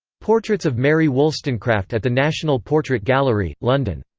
portraits of mary wollstonecraft at the national portrait gallery, london